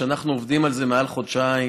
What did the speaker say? אנחנו עובדים על זה מעל חודשיים.